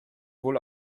wohl